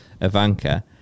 Ivanka